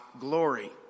glory